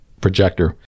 projector